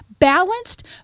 Balanced